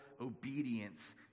obedience